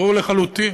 ברור לחלוטין.